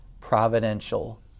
providential